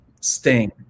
sting